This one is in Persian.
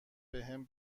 بهم